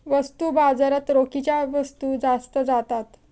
वस्तू बाजारात रोखीच्या वस्तू जास्त असतात